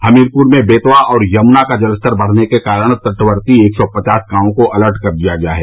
हमीरपुर में बेतवा और यमुना का जलस्तर बढ़ने के कारण तटवर्ती एक सौ पचास गांव को अलर्ट कर दिया गया है